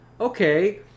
okay